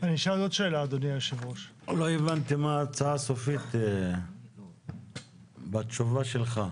לא הבנתי מה ההצעה הסופית בתשובה שלך.